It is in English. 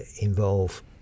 involve